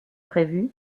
prévu